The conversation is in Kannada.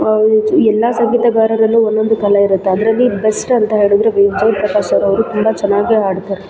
ಎಲ್ಲ ಸಂಗೀತಗಾರರಲ್ಲೂ ಒಂದೊಂದು ಕಲೆ ಇರುತ್ತೆ ಅದರಲ್ಲಿ ಬೆಸ್ಟ್ ಅಂತ ಹೇಳಿದ್ರೆ ವಿಜಯ್ ಪ್ರಕಾಶ್ ಸರ್ ಅವರು ತುಂಬ ಚೆನ್ನಾಗಿ ಹಾಡ್ತಾರೆ